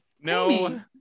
no